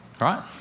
Right